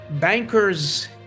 Bankers